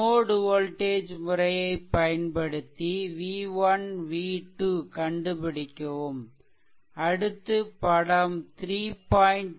note voltage முறையை பயன்படுத்தி v1 மற்றும் v2 கண்டுபிடிக்கவும் அடுத்து படம் 3